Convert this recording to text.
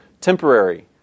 temporary